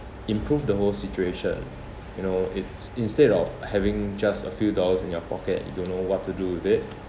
improve the whole situation you know it's instead of having just a few dollars in your pocket you don't know what to do with it